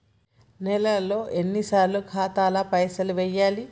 నెలలో ఎన్నిసార్లు ఖాతాల పైసలు వెయ్యాలి?